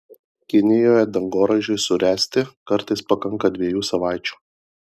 kinijoje dangoraižiui suręsti kartais pakanka dviejų savaičių